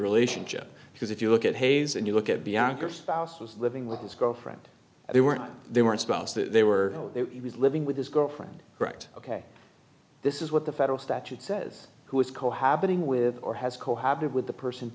relationship because if you look at hayes and you look at bianca spouse was living with his girlfriend they weren't they weren't spouse that they were he was living with his girlfriend correct ok this is what the federal statute says who is cohabiting with or has cohabited with the person